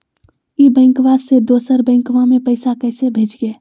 ई बैंकबा से दोसर बैंकबा में पैसा कैसे भेजिए?